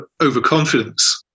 overconfidence